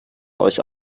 euch